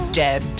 dead